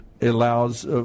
allows